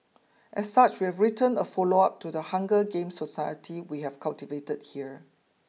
as such we've written a follow up to the Hunger Games society we have cultivated here